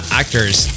actors